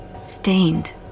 Stained